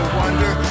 wonder